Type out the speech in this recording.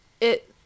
it-